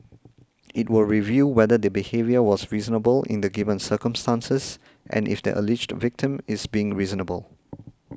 it will review whether the behaviour was reasonable in the given circumstances and if the alleged victim is being reasonable